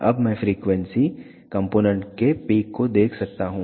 अब मैं frequency component के पिक को देख सकता हूं